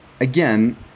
again